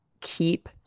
keep